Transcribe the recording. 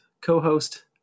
co-host